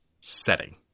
setting